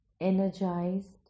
energized